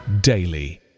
daily